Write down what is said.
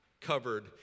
covered